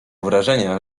wrażenia